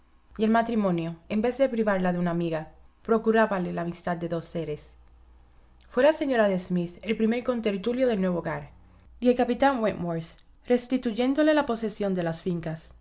y el matrimonio en vez de privarla de una amiga procurábale la amistad de dos seres fué la señora de smith el primer contertulio del nuevo hogar y el capitán wentworth restituyéndole la posesión de las fincas